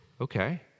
Okay